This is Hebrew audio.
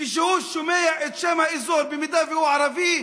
כשהוא שומע את שם האזור, אם הוא ערבי,